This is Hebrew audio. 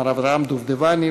מר אברהם דובדבני,